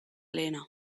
lehena